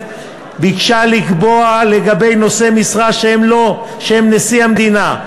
ביקשה לקבוע לגבי נושאי משרה שהם נשיא המדינה,